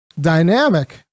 dynamic